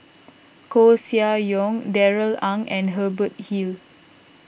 Koeh Sia Yong Darrell Ang and Hubert Hill